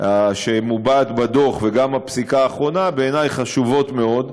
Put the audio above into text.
שמובעת בדוח וגם הפסיקה האחרונה הן בעיני חשובות מאוד.